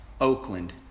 Oakland